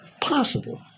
possible